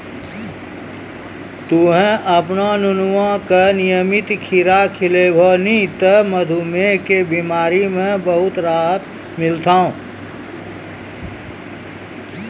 तोहॅ आपनो नुनुआ का नियमित खीरा खिलैभो नी त मधुमेह के बिमारी म बहुत राहत मिलथौं